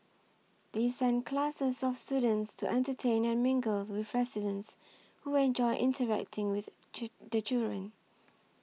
they send classes of students to entertain and mingle with residents who enjoy interacting with the children